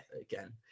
again